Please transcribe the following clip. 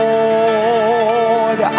Lord